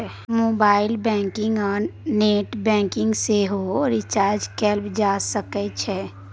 mobile banking आ net banking सँ सेहो रिचार्ज कएल जा सकै छै